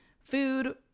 food